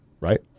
Right